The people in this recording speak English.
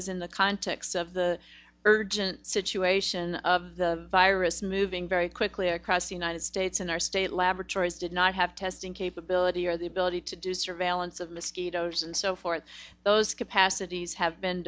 was in the context of the urgent situation of the virus moving very quickly across the united states and our state laboratories did not have testing capability or the ability to do surveillance of mosquitoes and so forth those capacities have been